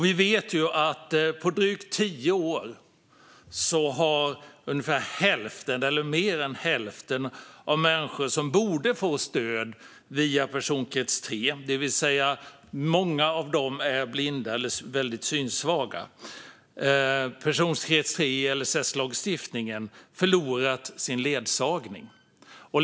Vi vet ju att på drygt tio år har mer än hälften av dem som borde få stöd som personkrets 3 i LSS-lagstiftningen - många av dem är blinda eller väldigt synsvaga - förlorat sin ledsagning.